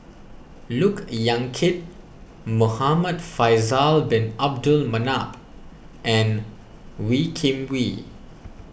Look Yan Kit Muhamad Faisal Bin Abdul Manap and Wee Kim Wee